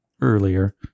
earlier